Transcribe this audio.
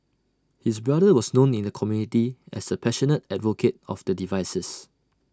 his brother was known in the community as A passionate advocate of the devices